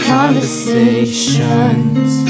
Conversations